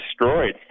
destroyed